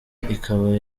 ikaba